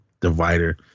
divider